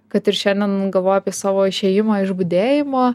kad ir šiandien galvoju apie savo išėjimą iš budėjimo